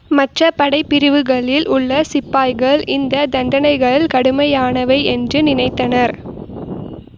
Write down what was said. மற்ற படைப்பிரிவுகளில் உள்ள சிப்பாய்கள் இந்த தண்டனைகள் கடுமையானவை என்று நினைத்தனர்